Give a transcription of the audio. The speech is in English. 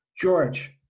George